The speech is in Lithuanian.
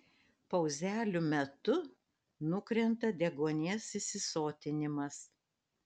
pauzelių metu nukrenta deguonies įsisotinimas